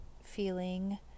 feeling